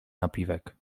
napiwek